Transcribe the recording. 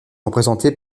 représentées